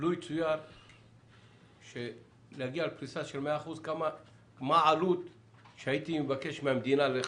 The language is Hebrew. שסדר גודל של בין 80 ל-100 מיליון שקלים כל שנה ייכנס לקופה.